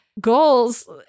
goals